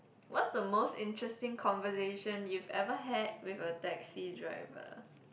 what's the most interesting conversation you've ever had with a taxi driver